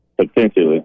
potentially